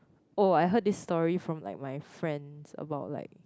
oh I heard this story from like my friends about like